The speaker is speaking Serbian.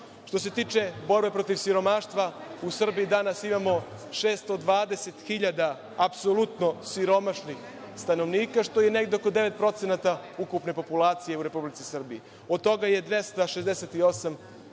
se tiče borbe protiv siromaštva, u Srbiji danas imamo 620.000 apsolutno siromašnih stanovnika, što je negde oko 9% ukupne populacije u Republici Srbiji. Od toga je 268.000 njih